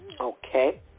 Okay